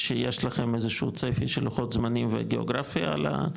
שיש לכם איזשהו צפי של לוחות זמנים וגאוגרפיה על הייתרה?